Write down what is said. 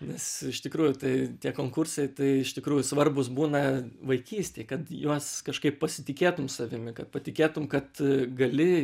nes iš tikrųjų tai tie konkursai tai iš tikrųjų svarbūs būna vaikystėj kad juos kažkaip pasitikėtum savimi kad patikėtum kad gali